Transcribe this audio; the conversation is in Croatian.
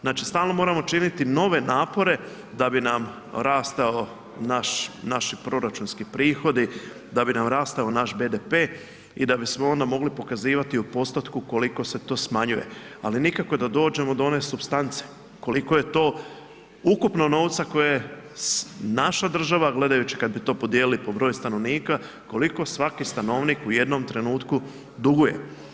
Znači, stalno moramo činiti nove napore da bi nam rastao naš, naši proračunski prihodi, da bi nam rastao naš BDP i da bismo onda mogli pokazivati u postotku koliko se to smanjuje, ali nikako da dođemo do one supstance koliko je to ukupno novca koje naša država, gledajući kad bi to podijelili po broju stanovnika, koliko svaki stanovnik u jednom trenutku duguje.